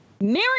Mary